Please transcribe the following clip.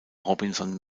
robinson